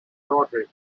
daughter